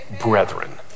brethren